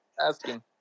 Asking